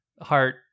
heart